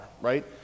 right